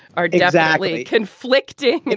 ah exactly conflicted. and